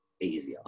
easier